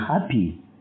happy